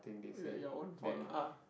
it's like your own fault lah